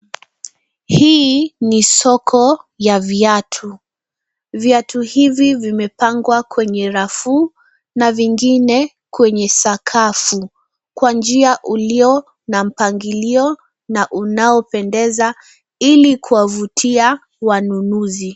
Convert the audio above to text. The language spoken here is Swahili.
Hii ni soko ya viatu. Viatu hivi vimepangwa kwenye rafu na vingine kwenye sakafu kwa njia ulio na mpangilio na unao pendeza ili kuwavutia wanunuzi.